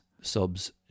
subs